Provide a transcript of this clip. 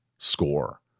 score